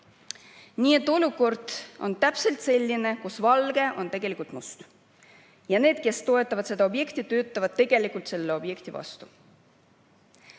Nii et olukord on täpselt selline, kus valge on tegelikult must. Ja need, kes toetavad seda objekti, töötavad tegelikult selle objekti vastu.